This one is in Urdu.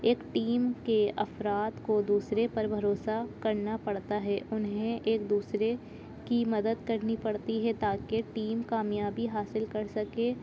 ایک ٹیم کے افراد کو دوسرے پر بھروسہ کرنا پڑتا ہے انہیں ایک دوسرے کی مدد کرنی پڑتی ہے تاکہ ٹیم کامیابی حاصل کر سکے